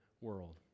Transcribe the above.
world